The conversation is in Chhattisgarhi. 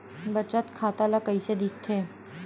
बचत खाता ला कइसे दिखथे?